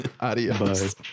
Adios